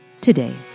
today